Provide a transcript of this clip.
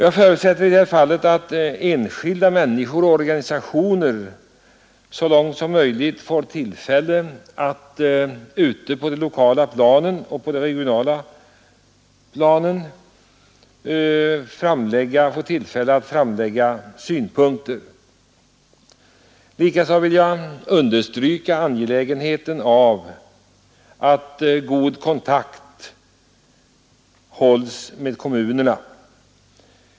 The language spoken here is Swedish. Jag förutsätter att enskilda människor och organisationer så långt som möjligt får tillfälle att ute på de lokala planen och på de regionala planen framlägga synpunkter. Likaså vill jag understryka angelägenheten av att god kontakt hålls med kommunerna.